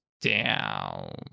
down